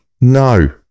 No